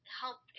help